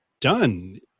done